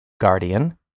Guardian